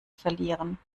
verlieren